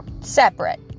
separate